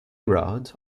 rods